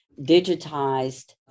Digitized